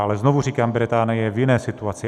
Ale znovu říkám, Británie je v jiné situaci.